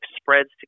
spreads